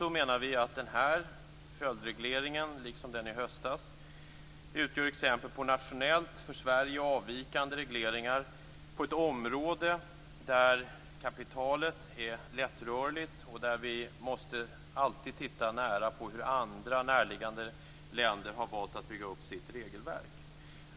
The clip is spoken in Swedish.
Vi menar att den här följdregleringen, liksom den i höstas, utgör exempel på nationellt för Sverige avvikande regleringar på ett område där kapitalet är lättrörligt och där vi alltid måste titta på hur andra närliggande länder har valt att bygga upp sitt regelverk.